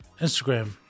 Instagram